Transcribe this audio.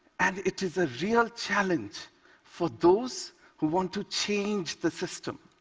and it is a real challenge for those who want to change the system.